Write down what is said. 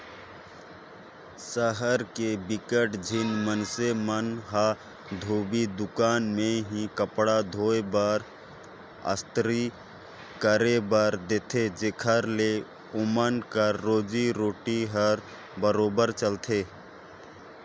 सहर के बिकट झिन मइनसे मन ह धोबी दुकान में ही कपड़ा धोए बर, अस्तरी करे बर देथे जेखर ले ओमन कर रोजी रोटी हर बरोबेर चलथे